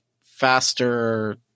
faster